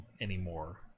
anymore